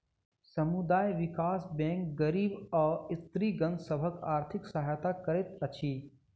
समुदाय विकास बैंक गरीब आ स्त्रीगण सभक आर्थिक सहायता करैत अछि